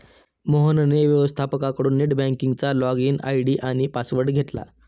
मोहनने व्यवस्थपकाकडून नेट बँकिंगचा लॉगइन आय.डी आणि पासवर्ड घेतला